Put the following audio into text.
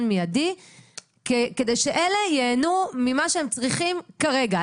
מיידי כדי שאלה ייהנו ממה שהם צריכים כרגע.